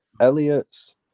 Elliot's